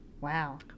Wow